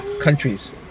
countries